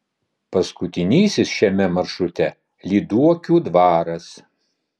paskutinysis šiame maršrute lyduokių dvaras